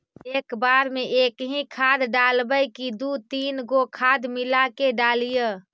एक बार मे एकही खाद डालबय की दू तीन गो खाद मिला के डालीय?